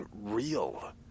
real